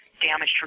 damaged